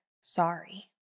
Sorry